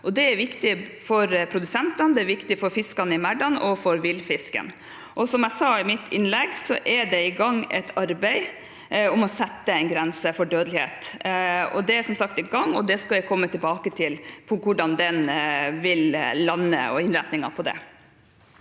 Det er viktig for produsentene, for fisken i merdene og for villfisken. Som jeg sa i mitt innlegg, er det i gang et arbeid med å sette en grense for dødelighet. Det er som sagt i gang, og vi skal komme tilbake til hvordan det vil lande, og hvilken innretning det